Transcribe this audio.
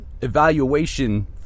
evaluation